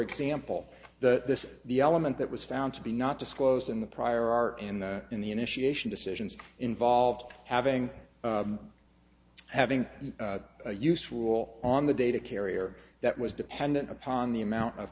example that this is the element that was found to be not disclosed in the prior art in the in the initiation decisions involved having having a use rule on the data carrier that was dependent upon the amount of